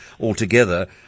altogether